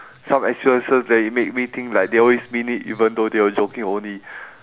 some experiences that it made me think like they always mean it even though they were joking only